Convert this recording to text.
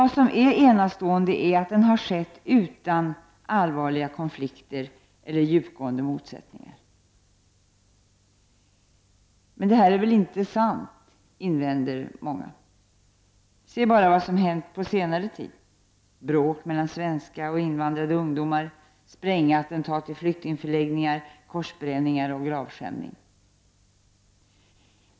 Det är enastående att den skett utan allvarliga konflikter eller djupgående motsättningar. Men detta är väl inte sant, invänder många. Se bara på vad som hänt under senare tid — bråk mellan svenska och invandrade ungdomar, sprängattentat i flyktingförläggningar, korsbränningar och gravskändning.